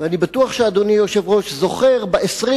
ואני בטוח שאדוני היושב-ראש זוכר שב-24